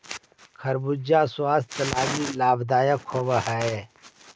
खरबूजा स्वास्थ्य लागी लाभदायक होब हई